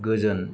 गोजोन